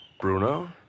bruno